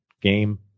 game